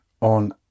on